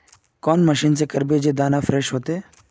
कौन मशीन से करबे जे दाना फ्रेस होते?